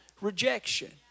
rejection